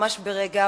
ממש ברגע,